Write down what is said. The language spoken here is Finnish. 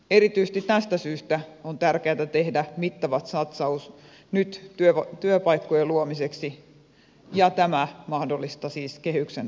erityisesti tästä syystä on tärkeätä tehdä mittava satsaus nyt työpaikkojen luomiseksi ja tämä on mahdollista siis kehyksen ulkopuolelta